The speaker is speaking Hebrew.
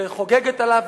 וחוגגת עליו.